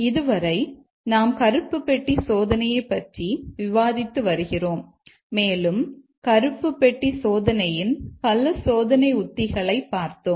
இதுவரை நாம் கருப்பு பெட்டி சோதனையைப் பற்றி விவாதித்து வருகிறோம் மேலும் கருப்பு பெட்டி சோதனையின் பல சோதனை உத்திகளைப் பார்த்தோம்